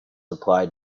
applied